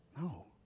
No